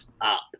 up